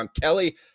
Kelly